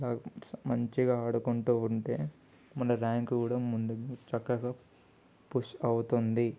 మంచిగా ఆడుకుంటూ ఉంటే మన ర్యాంక్ కూడా ముందుకు చక్కగా పుష్ అవుతుంది